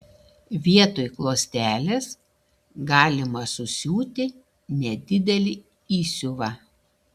vietoj klostelės galima susiūti nedidelį įsiuvą